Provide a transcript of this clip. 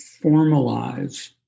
formalize